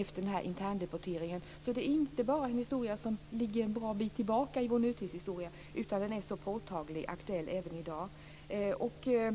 efter denna interndeportering. Det är alltså inte bara en historia som ligger en bra bit tillbaka i vår nutidshistoria utan den är så påtaglig och aktuell även i dag.